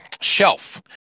shelf